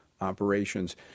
operations